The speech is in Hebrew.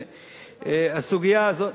והסוגיה הזאת,